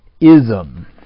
Ism